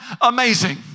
amazing